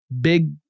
big